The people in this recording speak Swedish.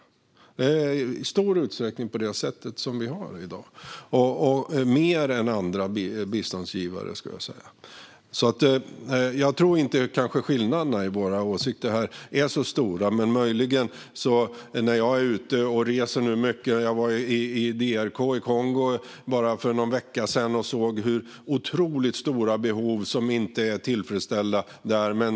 Det är i stor utsträckning på det sättet i dag, och vi gör det mer än andra biståndsgivare. Jag tror kanske inte att våra åsiktsskillnader här är så stora. Jag är ute och reser mycket. Jag var i DR Kongo för bara någon vecka sedan och såg vilka otroligt stora behov som inte är tillfredsställda där.